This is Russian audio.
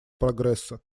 прогресса